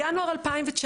בינואר 2019,